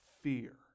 fear